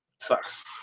Sucks